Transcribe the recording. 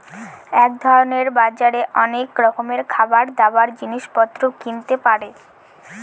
এক ধরনের বাজারে অনেক রকমের খাবার, দাবার, জিনিস পত্র কিনতে পারে